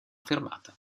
fermata